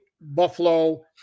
Buffalo –